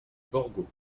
borgo